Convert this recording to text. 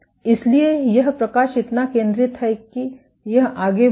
इसलिए यह प्रकाश इतना केंद्रित है कि यह आगे बढ़ेगा